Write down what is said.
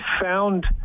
found